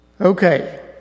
Okay